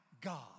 God